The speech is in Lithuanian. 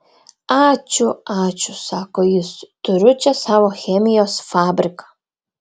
ačiū ačiū sako jis turiu čia savo chemijos fabriką